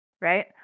right